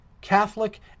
catholic